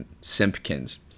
Simpkins